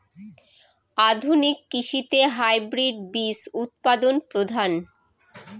আধুনিক কৃষিতে হাইব্রিড বীজ উৎপাদন প্রধান